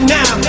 now